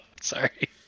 Sorry